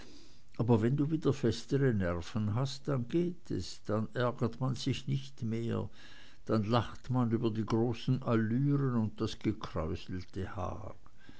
aber wenn du wieder festere nerven hast dann geht es dann ärgert man sich nicht mehr dann lacht man über die großen allüren und das gekräuselte haar